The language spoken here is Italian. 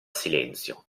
silenzio